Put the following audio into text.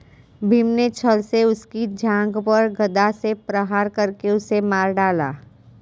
भीम ने छ्ल से उसकी जांघ पर गदा से प्रहार करके उसे मार डाला